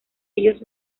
ellos